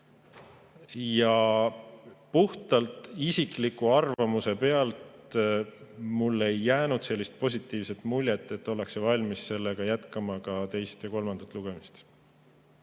Aga puhtalt isikliku arvamuse põhjal ei jäänud mulle sellist positiivset muljet, et ollakse valmis jätkama ka teist ja kolmandat lugemist.